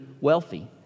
wealthy